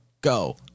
Go